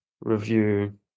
review